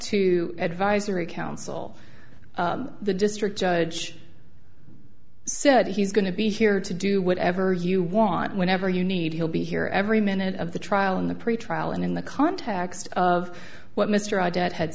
to advisory council the district judge so if he's going to be here to do whatever you want whenever you need he'll be here every minute of the trial in the pretrial and in the context of what mr i d